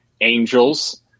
angels